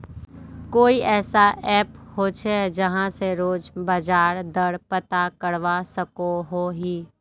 कोई ऐसा ऐप होचे जहा से रोज बाजार दर पता करवा सकोहो ही?